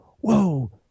whoa